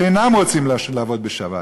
שאינם רוצים לעבוד בשבת,